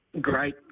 Great